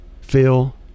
phil